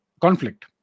conflict